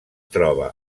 troba